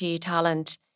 talent